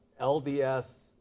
LDS